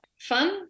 fun